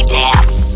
dance